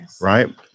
Right